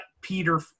Peter